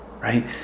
Right